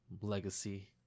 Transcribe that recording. legacy